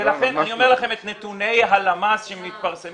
אני אומר לכם את נתוני הלשכה המרכזית לסטטיסטיקה שמתפרסמים.